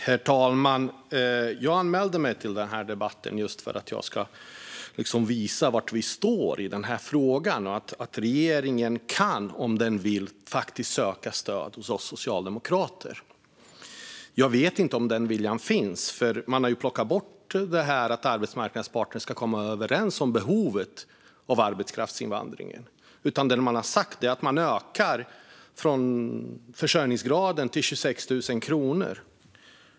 Herr talman! Jag anmälde mig till debatten för att jag vill visa var vi står i den här frågan och att regeringen, om den vill, faktiskt kan söka stöd hos oss socialdemokrater. Jag vet inte om den viljan finns, för man har ju plockat bort detta med att arbetsmarknadens parter ska komma överens om behovet av arbetskraftsinvandring. Det man har sagt är i stället att man ökar försörjningsgränsen till 26 000 kronor.